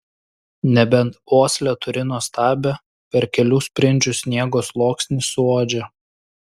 nebent uoslę turi nuostabią per kelių sprindžių sniego sluoksnį suuodžia